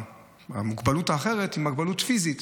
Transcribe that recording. המוגבלת האחרת היא מוגבלות פיזית,